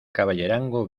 caballerango